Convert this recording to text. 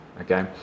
okay